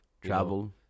Travel